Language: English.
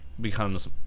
becomes